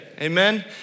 Amen